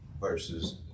versus